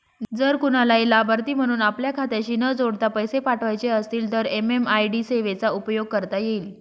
जर कुणालाही लाभार्थी म्हणून आपल्या खात्याशी न जोडता पैसे पाठवायचे असतील तर एम.एम.आय.डी सेवेचा उपयोग करता येईल